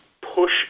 push